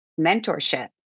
mentorship